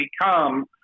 become—